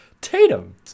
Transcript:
tatum